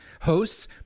hosts